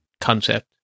concept